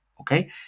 okay